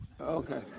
Okay